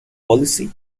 policy